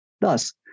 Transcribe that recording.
Thus